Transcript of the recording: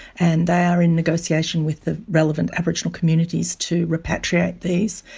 and they are in negotiation with the relevant aboriginal communities to repatriate these.